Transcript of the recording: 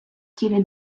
тілі